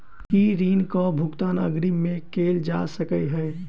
की ऋण कऽ भुगतान अग्रिम मे कैल जा सकै हय?